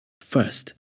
First